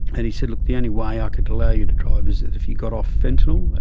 and he said, look, the only way i ah could allow you to drive is if you got off fentanyl,